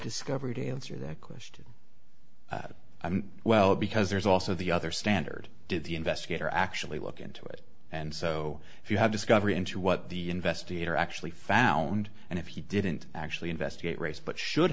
discovery details or that question well because there's also the other standard did the investigator actually look into it and so if you have discovery into what the investigator actually found and if he didn't actually investigate race but should